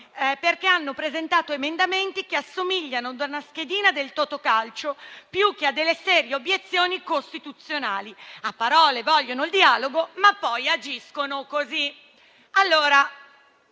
«perché hanno presentato emendamenti che assomigliano a una schedina del Totocalcio più che a delle serie obiezioni costituzionali. A parole vogliono il dialogo, ma poi agiscono così».